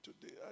today